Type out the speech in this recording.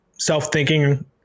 self-thinking